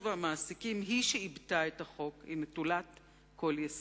והמעסיקים היא שעיבתה את החוק נטולת כל יסוד.